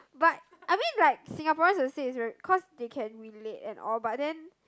but I mean right Singaporean the said is very cause they can relate and all but then